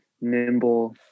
nimble